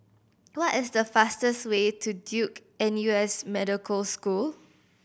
what is the fastest way to Duke N U S Medical School